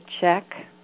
check